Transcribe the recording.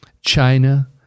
China